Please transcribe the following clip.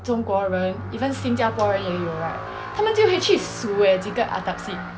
中国人 even 新加坡人也有 right 他们会去数 eh attap seed